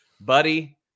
Buddy